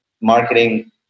marketing